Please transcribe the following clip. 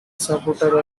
supporter